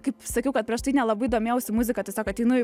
kaip sakiau kad prieš tai nelabai domėjausi muzika tiesiog ateinu į